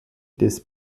des